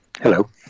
Hello